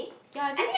ya I don't